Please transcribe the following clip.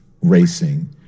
racing